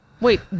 Wait